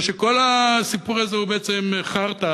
או שכל הסיפור הזה הוא בעצם חארטה,